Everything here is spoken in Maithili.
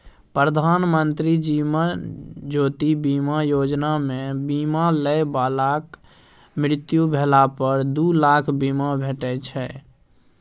प्रधानमंत्री जीबन ज्योति बीमा योजना मे बीमा लय बलाक मृत्यु भेला पर दु लाखक बीमा भेटै छै